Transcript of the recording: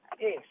Yes